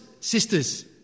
sisters